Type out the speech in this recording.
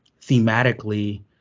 thematically